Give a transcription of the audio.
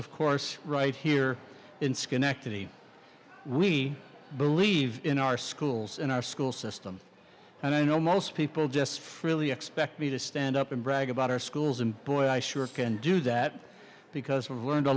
of course right here in schenectady we believe in our schools and our school system and i know most people just frilly expect me to stand up and brag about our schools and boy i sure can do that because i've learned a